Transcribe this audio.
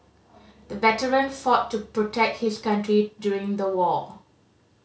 the veteran fought to protect his country during the war